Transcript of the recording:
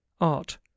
art